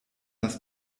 das